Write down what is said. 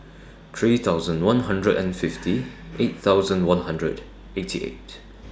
three thousand one hundred and fifty eight thousand one hundred eighty eight